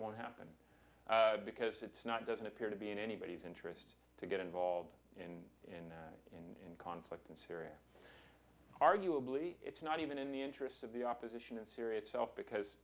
won't happen because it's not doesn't appear to be in anybody's interest to get involved in conflict in syria arguably it's not even in the interests of the opposition in syria itself because